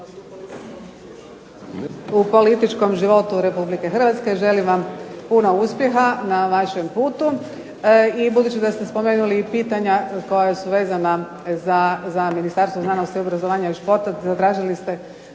u političkom životu Republike Hrvatske. Želim vam puno uspjeha na vašem putu. I budući da ste spomenuli pitanja koja su vezana za Ministarstvo znanosti, obrazovanja i športa zatražili ste